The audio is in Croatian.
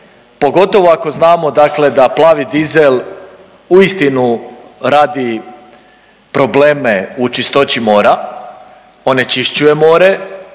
pogotovo ako znamo dakle da plavi dizel uistinu radi probleme u čistoći mora, onečišćuje more,